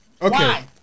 Okay